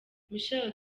michael